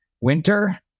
winter